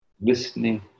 listening